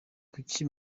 kuki